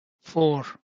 four